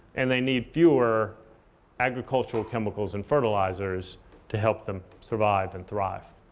and they need fewer agricultural chemicals and fertilizers to help them survive and thrive.